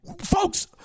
folks